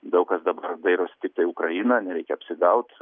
daug kas dabar dairosi tiktai į ukrainą nereikia apsigaut